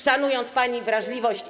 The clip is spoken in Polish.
szanując pani wrażliwość.